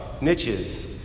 niches